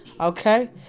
okay